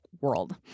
world